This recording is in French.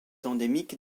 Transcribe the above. endémique